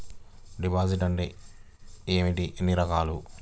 Deposit అంటే ఏమిటీ ఎన్ని రకాలు?